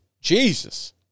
Jesus